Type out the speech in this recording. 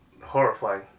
horrifying